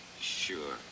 Sure